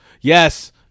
Yes